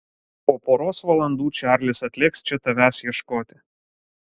po poros valandų čarlis atlėks čia tavęs ieškoti